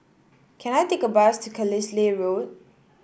can I take a bus to Carlisle Road